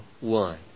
one